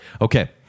Okay